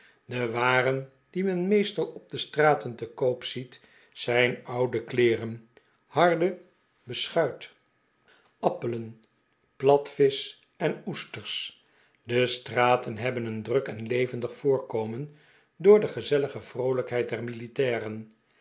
de waren die men meestal op de straten te koop ziet zijn oude kleeren harde beschuit appelen platvisch en oesters de straten hebben een druk en levendig voorkomen door de gezellige vroolijkheid der militairen